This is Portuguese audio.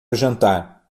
jantar